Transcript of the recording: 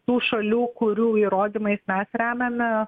tų šalių kurių įrodymais mes remiamės